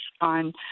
on